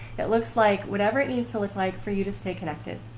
it looks like whatever it needs to look like for you to stay connected.